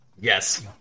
Yes